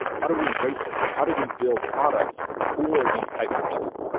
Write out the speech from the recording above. how do we embrace this? like how do we build products for these types of people?